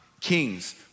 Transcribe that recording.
kings